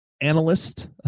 analyst